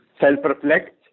self-reflect